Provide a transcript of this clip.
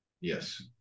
Yes